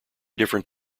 different